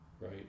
right